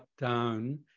down